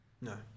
No